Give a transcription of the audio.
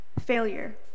failure